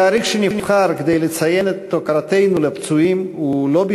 לא בכדי התאריך שנבחר לציין בו את הוקרתנו לפצועים הוא היום,